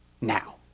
now